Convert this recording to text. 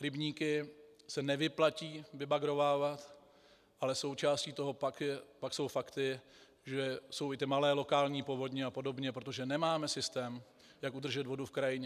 Rybníky se nevyplatí vybagrovávat, ale součástí toho pak jsou fakty, že jsou i ty malé lokální povodně apod., protože nemáme systém, jak udržet vodu v krajině.